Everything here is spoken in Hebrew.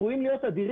צפויים להיות אדירים.